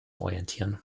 orientieren